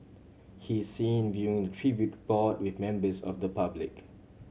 he is seen viewing the tribute board with members of the public